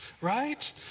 Right